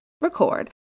record